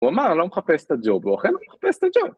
‫הוא אמר, לא מחפש את הג'וב, ‫הוא אכן לא מחפש את הג'וב.